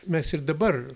mes ir dabar